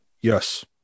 yes